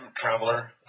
traveler